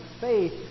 faith